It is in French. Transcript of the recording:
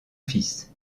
fils